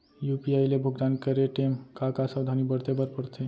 UPI ले भुगतान करे टेम का का सावधानी बरते बर परथे